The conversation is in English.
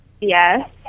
Yes